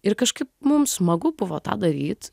ir kažkaip mum smagu buvo tą daryt